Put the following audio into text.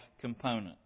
component